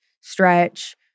stretch